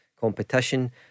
competition